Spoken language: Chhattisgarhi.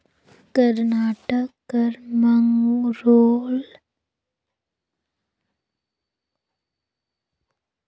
करनाटक कर मंगलोर, करवार, अकोला, कुमटा, भटकल, मजाली, बिंगी मन में अब्बड़ बगरा मछरी उत्पादन होथे